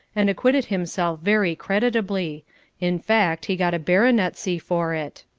and acquitted himself very creditably in fact, he got a baronetcy for it.